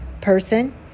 person